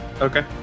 Okay